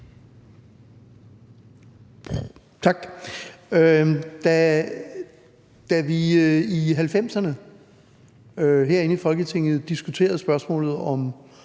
Tak. Da vi i 90'erne herinde i Folketinget diskuterede spørgsmålet om